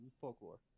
folklore